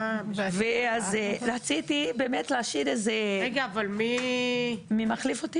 רציתי באמת להשאיר איזה --- מי מחליף?